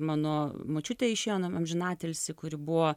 mano močiutė išėjo nam amžinatilsį kuri buvo